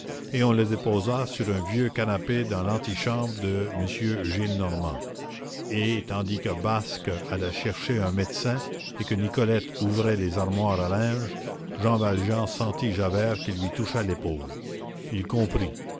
et on le déposa sur un vieux canapé dans l'antichambre de m gillenormand et tandis que basque allait chercher un médecin et que nicolette ouvrait les armoires à linge jean valjean sentit javert qui lui touchait l'épaule il comprit